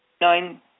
nine